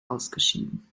ausgeschieden